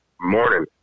Morning